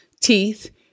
teeth